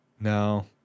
No